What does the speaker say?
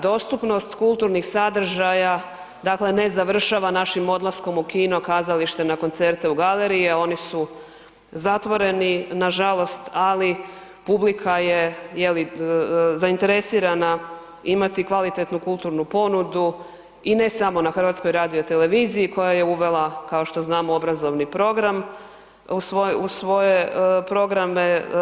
Dostupnost kulturnih sadržaja dakle ne završava našim odlaskom u kino, kazalište, na koncerte u galerije oni su zatvoreni nažalost, ali publika je je li zainteresirana imati kvalitetnu kulturnu ponudu i ne samo na HRT-u koja je uvela kao što znamo obrazovni program u svoje programe.